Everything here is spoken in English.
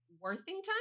Worthington